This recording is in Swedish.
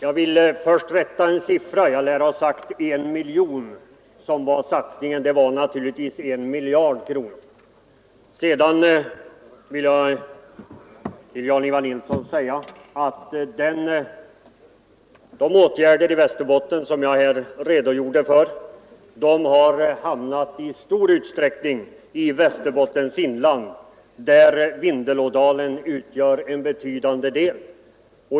Herr talman! De åtgärder i Västerbotten som jag redogjorde för har i stor utsträckning vidtagits i Västerbottens inland, där Vindelådalen ingår som en betydande del.